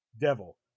Devil